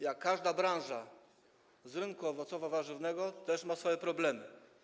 Jak każda branża rynku owocowo-warzywnego ta też ma swoje problemy.